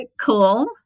cool